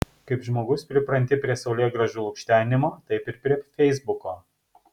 kaip žmogus pripranti prie saulėgrąžų lukštenimo taip ir prie feisbuko